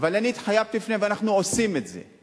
אבל אני התחייבתי בפניהם, ואנחנו עושים את זה.